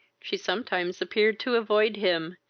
she sometimes appeared to avoid him,